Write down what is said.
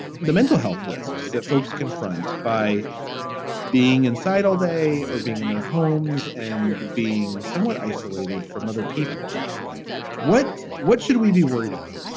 the mental health risks that folks confront by being inside all day or being in their homes and being somewhat isolated from other people what what should we be worried about?